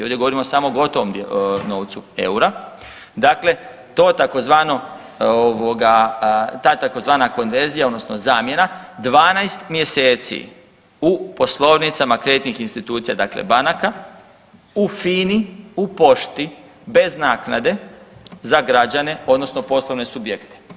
Ovdje govorimo samo o gotovom novcu eura, dakle to tzv. ovoga, ta tzv. konverzija odnosno zamjena, 12 mjeseci u poslovnicama kreditnih institucija, dakle banaka, u FINA-i, u pošti, bez naknade za građane, odnosno poslovne subjekte.